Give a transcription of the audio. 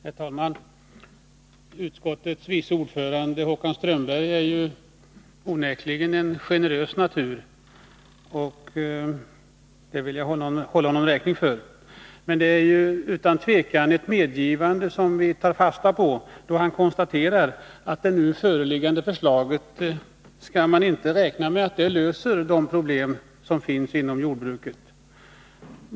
Herr talman! Utskottets vice ordförande Håkan Strömberg är onekligen en generös natur — det vill jag hålla honom räkning för. Men det är utan tvivel ett medgivande som vi tar fasta på då han konstaterar att man inte skall räkna — Nr 106 med att det nu föreliggande förslaget löser de problem som finns inom Onsdagen den jordbruket.